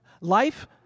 Life